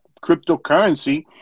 cryptocurrency